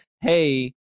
hey